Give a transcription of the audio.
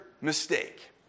mistake